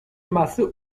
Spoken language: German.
masse